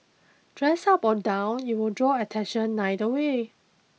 dressed up or down it will draw attention neither way